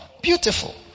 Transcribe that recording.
beautiful